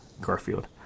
Garfield